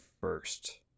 first